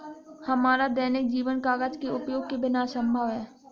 हमारा दैनिक जीवन कागज के उपयोग के बिना असंभव है